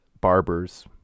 Barber's